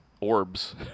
orbs